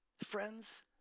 Friends